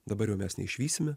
dabar jau mes neišvysime